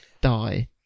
die